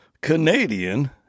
Canadian